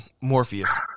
Morpheus